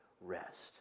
rest